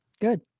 Good